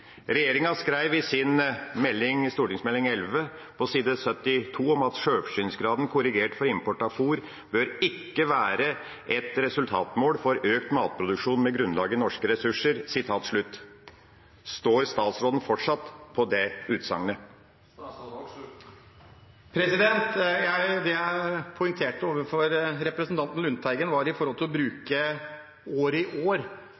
Regjeringa skrev i Meld. St. 11 for 2016–2017 på side 72: «Selvforsyningsgraden korrigert for import av fôr bør ikke være et resultatmål for økt matproduksjon med grunnlag i norske ressurser.» Står statsråden fortsatt ved det utsagnet? Det jeg poengterte overfor representanten Lundteigen, var